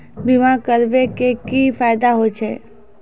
बीमा करबै के की फायदा होय छै?